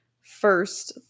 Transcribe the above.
first